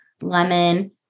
lemon